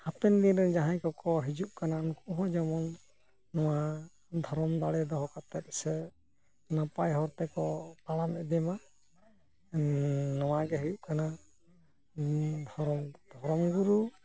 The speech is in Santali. ᱦᱟᱯᱮᱱ ᱫᱤᱱ ᱨᱮᱱ ᱡᱟᱦᱟᱸᱭ ᱠᱚᱠᱚ ᱦᱤᱡᱩᱜ ᱠᱟᱱᱟ ᱩᱱᱠᱩ ᱦᱚᱸ ᱡᱮᱢᱚᱱ ᱱᱚᱣᱟ ᱫᱷᱚᱨᱚᱢ ᱫᱟᱲᱮ ᱫᱚᱦᱚ ᱠᱟᱛᱮᱫ ᱥᱮ ᱱᱟᱯᱟᱭ ᱦᱚᱨ ᱛᱮᱠᱚ ᱛᱟᱲᱟᱢ ᱤᱫᱤ ᱢᱟ ᱱᱚᱣᱟ ᱜᱮ ᱦᱩᱭᱩᱜ ᱠᱟᱱᱟ ᱫᱷᱚᱨᱚᱢ ᱫᱷᱚᱨᱚᱢ ᱜᱩᱨᱩ